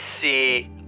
see